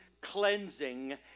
cleansing